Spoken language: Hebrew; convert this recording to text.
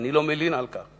ואני לא מלין על כך.